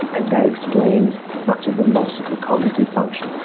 and that explains much of the loss of the cognitive function.